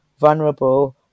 vulnerable